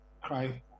cry